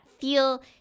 feel